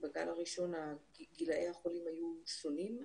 בגל הראשון גילאי החולים היו שונים,